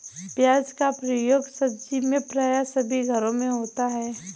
प्याज का प्रयोग सब्जी में प्राय सभी घरों में होता है